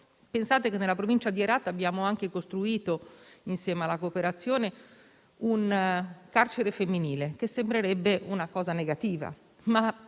Pensate che nella provincia di Herat abbiamo costruito insieme alla cooperazione un campo, un carcere femminile, che sembrerebbe una cosa negativa, ma